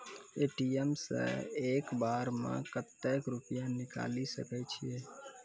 ATM सऽ एक बार म कत्तेक रुपिया निकालि सकै छियै?